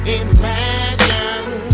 imagine